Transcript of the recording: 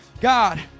God